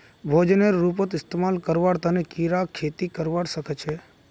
भोजनेर रूपत इस्तमाल करवार तने कीरा खेती करवा सख छे